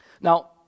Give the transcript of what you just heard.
Now